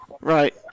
Right